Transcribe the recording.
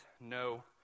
no